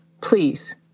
Please